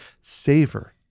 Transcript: savor